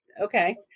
okay